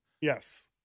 Yes